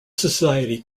society